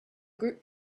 group